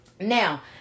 Now